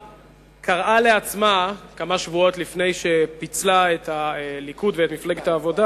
וקראה לעצמה כמה שבועות לפני שפיצלה את הליכוד ואת מפלגת העבודה